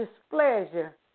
displeasure